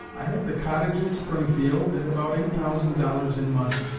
i have the cottage at springfield, and about eight thousand dollars in money.